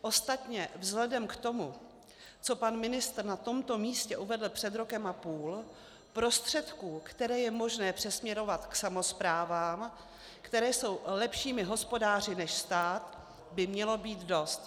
Ostatně vzhledem k tomu, co pan ministr na tomto místě uvedl před rokem a půl, prostředků, které je možné přesměrovat k samosprávám, které jsou lepšími hospodáři než stát, by mělo být dost.